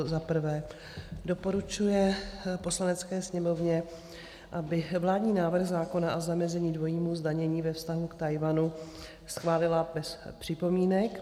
I. doporučuje Poslanecké sněmovně, aby vládní návrh zákona o zamezení dvojímu zdanění ve vztahu k Tchajwanu schválila bez připomínek;